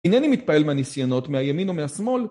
אינני מתפעל מהניסיונות מהימין או מהשמאל.